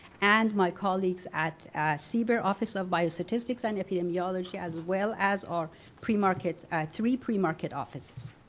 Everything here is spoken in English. and my colleagues at cber office of biostatistics and epidemiology as well as our pre-market, our three pre-market offices.